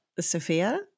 Sophia